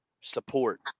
support